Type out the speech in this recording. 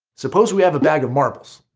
suppose we have bag of marbles.